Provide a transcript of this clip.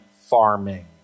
farming